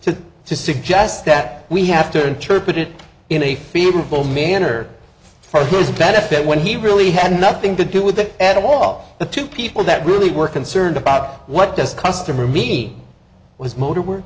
to to suggest that we have to interpret it in a favorable manner for his benefit when he really had nothing to do with it at all the two people that really were concerned about what does customer mean was motor work